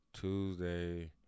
Tuesday